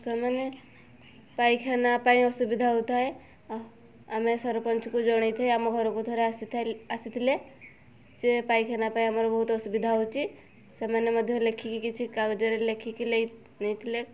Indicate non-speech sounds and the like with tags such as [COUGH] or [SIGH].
ସେମାନେ ପାଇଖାନା ପାଇଁ ଅସୁବିଧା ହେଉଥାଏ ଆମେ ସରପଞ୍ଚକୁ ଜଣାଇଥାଏ ଆମ ଘରକୁ ଥରେ [UNINTELLIGIBLE] ଆସିଥିଲେ ଯେ ପାଇଖାନା ପାଇଁ ଆମର ବହୁତ ଅସୁବିଧା ହେଉଛି ସେମାନେ ମଧ୍ୟ ଲେଖିକି କିଛି କାଗଜରେ ଲେଖିକି ନେଇଥିଲେ